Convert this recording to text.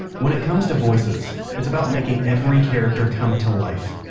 when it comes to voices, it's about making every character come to life.